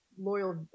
loyal